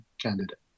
candidate